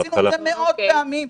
עשינו את זה מאות פעמים.